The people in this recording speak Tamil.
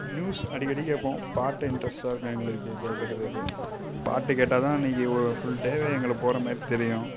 நியூஸ் அடிக்கடி கேட்போம் பாட்டு இன்ட்ரெஸ்ட்டாக இருக்கும் எங்களுக்கு கேட்குறதுக்கு பாட்டு கேட்டால்தான் அன்னைக்கு ஃபுல் டேவே எங்களுக்கு போகிற மாதிரி தெரியும்